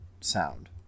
sound